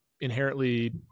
inherently